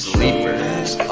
Sleepers